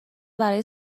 برای